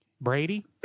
Brady